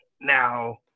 Now